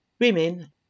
Women